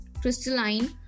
crystalline